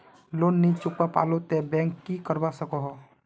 Loan नी चुकवा पालो ते बैंक की करवा सकोहो?